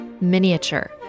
Miniature